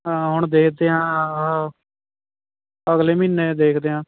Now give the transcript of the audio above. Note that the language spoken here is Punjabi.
ਹਾਂ ਹੁਣ ਦੇਖਦੇ ਹਾਂ ਅਗਲੇ ਮਹੀਨੇ ਦੇਖਦੇ ਹਾਂ